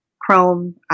Chrome